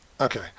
Okay